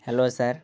hello sir